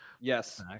Yes